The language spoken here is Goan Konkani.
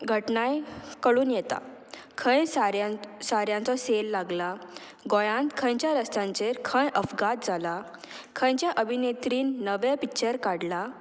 घटनाय कळून येता खंय साऱ्यां साऱ्यांचो सेल लागला गोंयांत खंयच्या रस्त्यांचेर खंय अफगात जाला खंयच्या अभिनेत्रीन नवे पिक्चर काडला